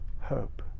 hope